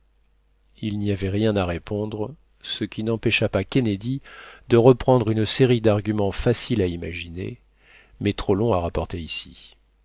il n'y avait rien à répondre ce qui n'empêcha pas kennedy de reprendre une série d'arguments faciles à imaginer mais trop longs à rapporter ici